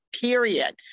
period